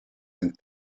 and